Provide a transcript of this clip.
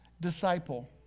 disciple